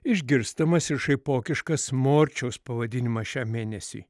išgirstamas ir šaipokiškas morčiaus pavadinimas šiam mėnesiui